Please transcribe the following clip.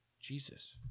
Jesus